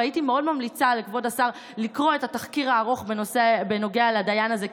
והייתי מאוד ממליצה לכבוד השר לקרוא את התחקיר הארוך בנוגע לדיין הזה,